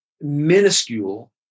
minuscule